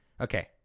Okay